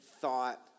thought